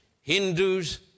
Hindus